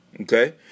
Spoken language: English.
okay